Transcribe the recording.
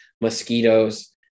mosquitoes